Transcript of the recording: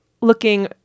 Looking